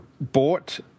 bought